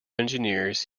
engineers